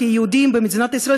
כיהודים במדינת ישראל,